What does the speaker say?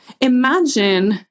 imagine